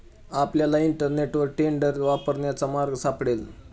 आपल्याला इंटरनेटवर टेंडर वापरण्याचा मार्ग सापडेल